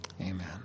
Amen